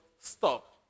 Stop